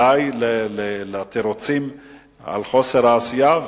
די לתירוצים לחוסר העשייה,